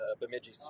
Bemidji